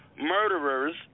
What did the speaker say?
murderers